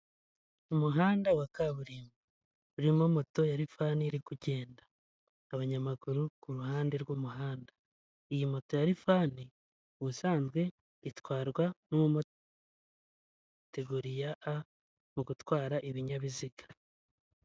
Umuhanda wa kaburimbo, urimo moto ya lifani iri kugenda, abanyamaguru ku ruhande rw'umuhanda. Iyi moto ya lifani, ubusanzwe itwarwa n'umumotari ufite kategori ya "A" mu gutwara ibinyabiziga.